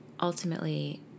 ultimately